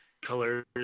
Colors